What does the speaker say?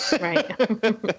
Right